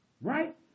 Right